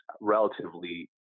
relatively